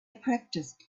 practiced